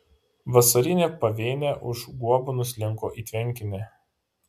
vasarinė pavėnė už guobų nuslinko į tvenkinį